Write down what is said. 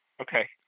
Okay